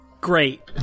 Great